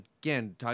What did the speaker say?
again